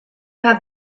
have